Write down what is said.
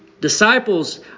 Disciples